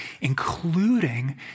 including